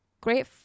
great